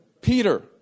Peter